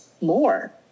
more